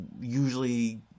usually